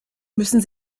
müssen